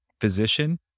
physician